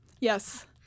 Yes